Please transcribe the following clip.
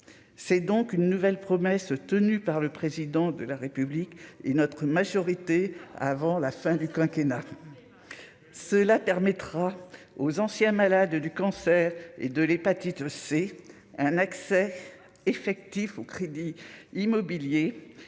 c'est donc une nouvelle promesse tenue par le président de la République et notre majorité avant la fin du quinquennat cela permettra aux anciens malades du cancer et de l'hépatite C, un accès effectif aux crédits immobiliers,